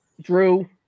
Drew